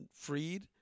freed